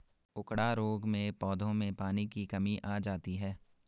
उकडा रोग में पौधों में पानी की कमी आ जाती है